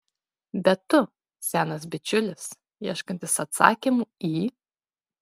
bet tu senas bičiulis ieškantis atsakymų į